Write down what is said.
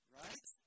right